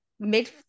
Mid